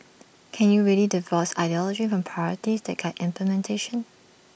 can you really divorce ideology from priorities that guide implementation